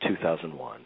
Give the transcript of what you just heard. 2001